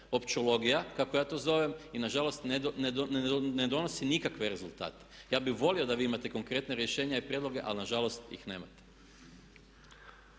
općelogija kako ja to zovem i nažalost ne donosi nikakve rezultate. Ja bih volio da vi imate konkretna rješenja i prijedloge ali na žalost ih nemate.